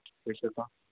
ᱯᱩᱭᱥᱟᱹ ᱠᱚ